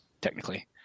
technically